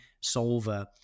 solver